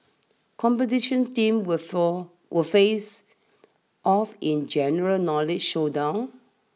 competition teams will for will face off in general knowledge showdown